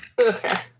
Okay